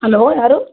hello ಯಾರು